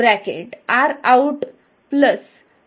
तर C21RoutRL आहे